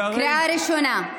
קריאה ראשונה.